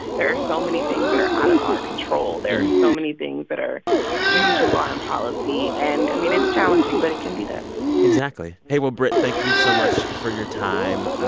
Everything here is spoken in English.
there are so many things that are out of our control. there are so many things that are due to law and policy. and, i mean, it's challenging, but it can be done exactly. hey, well, britt, thank you so much for your time.